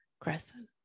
crescent